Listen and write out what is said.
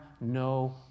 no